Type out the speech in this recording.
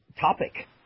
topic